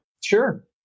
Sure